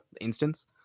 instance